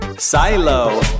Silo